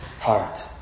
heart